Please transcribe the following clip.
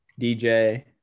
DJ